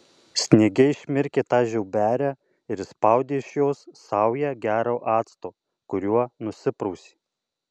sniege išmirkė tą žiauberę ir išspaudė iš jos saują gero acto kuriuo nusiprausė